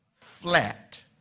flat